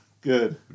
good